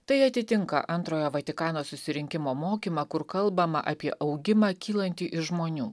tai atitinka antrojo vatikano susirinkimo mokymą kur kalbama apie augimą kylantį iš žmonių